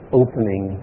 opening